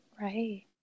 right